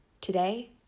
Today